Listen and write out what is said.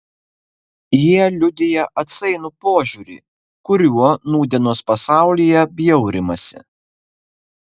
jie liudija atsainų požiūrį kuriuo nūdienos pasaulyje bjaurimasi